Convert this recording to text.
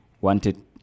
wanted